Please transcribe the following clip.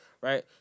right